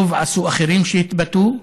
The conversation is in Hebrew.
וטוב עשו אחרים שהתבטאו.